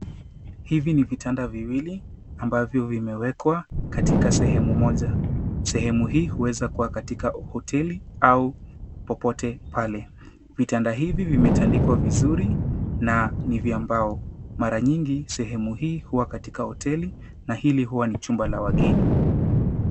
Hivi ni vitanda viwili ambavyo vimewekwa katika sehemu moja, sehemu hii huweza kuwa katika hoteli au popote pale. Vitanda hivi vimetandikwa vizuri na ni vya mbao. Mara nyingi sehemu hii huwa katika hoteli na hili huwa ni chumba cha wageni.